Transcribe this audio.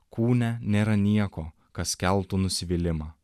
kūne nėra nieko kas keltų nusivylimą